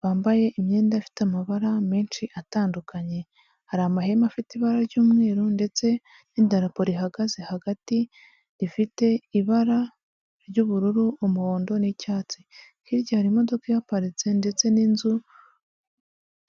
bambaye imyenda ifite amabara menshi atandukanye, hari amahema afite ibara ry'umweru ndetse n'idarapo rihagaze hagati rifite ibara ry'ubururu, umuhondo n'icyatsi, hirya hari imodoka ihaparitse ndetse n'inzu.